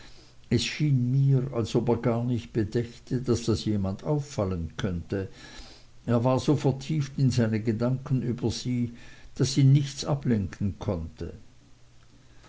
es schien mir als ob er gar nicht bedächte daß das jemand auffallen könnte er war so vertieft in seine gedanken über sie daß ihn nichts ablenken konnte